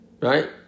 right